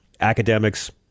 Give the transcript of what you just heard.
academics